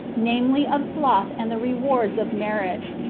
namely, of sloth and the rewards of merit.